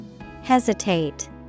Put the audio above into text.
Hesitate